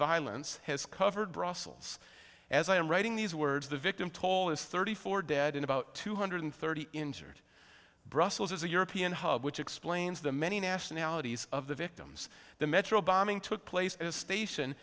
violence has covered brussels as i am writing these words the victim toll is thirty four dead in about two hundred thirty injured brussels as a european hub which explains the many nationalities of the victims the metro bombing took place at a station